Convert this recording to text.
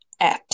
apps